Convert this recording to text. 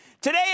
Today